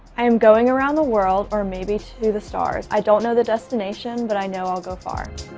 i am going around the world, or maybe to the stars. i don't know the destination, but i know i'll go far.